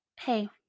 hey